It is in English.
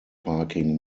parking